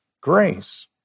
grace